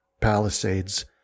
palisades